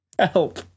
Help